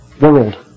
world